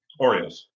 Oreos